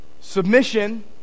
Submission